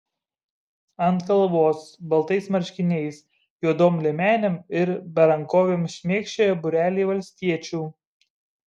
ant kalvos baltais marškiniais juodom liemenėm ir berankovėm šmėkščiojo būreliai valstiečių